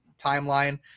timeline